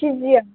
किजियाव